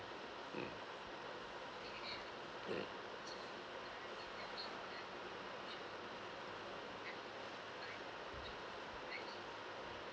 mm mm